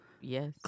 Yes